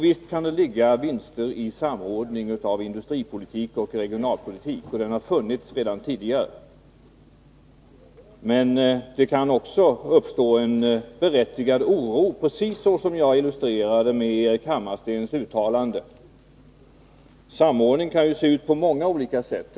Visst kan det ligga vinster i samordning av regionalpolitik och industripolitik. Men samordningen har funnits redan tidigare. Det kan också uppstå en berättigad oro, precis som jag illustrerade med Erik Hammarstens uttalande. Samordning kan ju ske på många olika sätt.